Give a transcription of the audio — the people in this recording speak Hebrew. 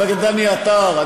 הכנסת דני עטר,